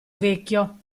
vecchio